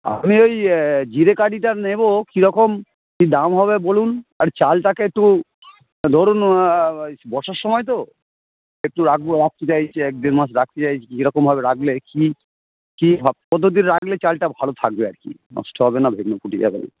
আমি ওই জিরেকাঠিটা নেব কীরকম কী দাম হবে বলুন আর চালটাকে একটু ধরুন ওই বর্ষার সময় তো একটু রাখব রাখতে চাইছি এক দেড় মাস রাখতে চাইছি কীরকমভাবে রাখলে কী কী ভাবে কতদিন রাখলে চালটা ভালো থাকবে আর কি নষ্ট হবে না ভেঙে যাবে না